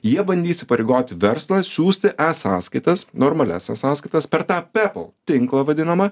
jie bandys įpareigoti verslą siųsti e sąskaitas normalias e sąskaitas per tą pepl tinklą vadinamą